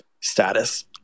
status